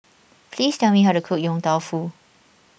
please tell me how to cook Yong Tau Foo